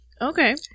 Okay